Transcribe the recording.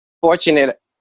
fortunate